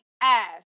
ass